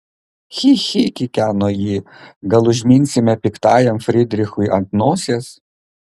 chi chi kikeno ji gal užminsime piktajam frydrichui ant nosies